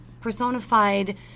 personified